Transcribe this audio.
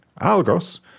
algos